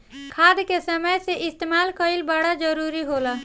खाद के समय से इस्तेमाल कइल बड़ा जरूरी होला